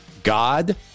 God